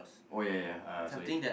oh ya ya uh sorry